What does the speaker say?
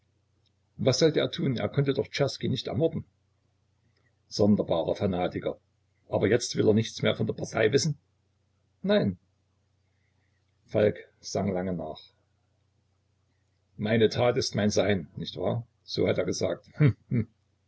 was sollte er tun er konnte doch czerski nicht ermorden sonderbarer fanatiker aber jetzt will er nichts mehr von der partei wissen nein falk sann lange nach meine tat ist mein sein nicht wahr so hat er gesagt